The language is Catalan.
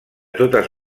totes